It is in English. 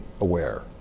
aware